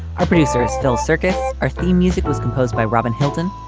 our producers still circus our theme music was composed by robin hilton.